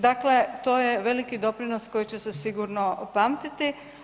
Dakle to je veliki doprinos koji će se sigurno pamtiti.